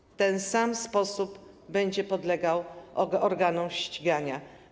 Każdy w ten sam sposób będzie podlegał organom ścigania.